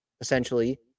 essentially